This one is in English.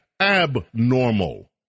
abnormal